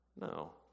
No